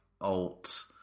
alt